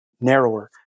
narrower